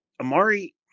Amari